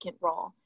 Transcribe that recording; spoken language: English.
role